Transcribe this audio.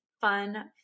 fun